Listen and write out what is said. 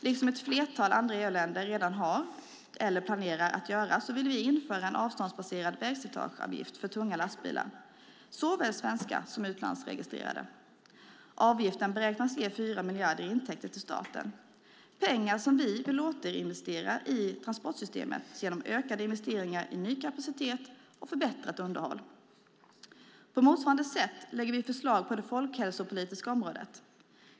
Liksom ett flertal andra EU-länder redan har gjort eller planerar att göra vill vi införa en avståndsbaserad vägslitageavgift för tunga lastbilar, såväl svenska som utlandsregistrerade. Avgiften beräknas ge 4 miljarder i intäkter till staten, pengar som vi vill återinvestera i transportsystemet genom ökade investeringar i ny kapacitet och förbättrat underhåll. På motsvarande sätt lägger vi fram förslag på det folkhälsopolitiska området.